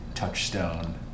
Touchstone